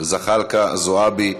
זחאלקה, זועבי,